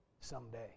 someday